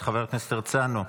חבר הכנסת הרצנו,